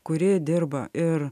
kuri dirba ir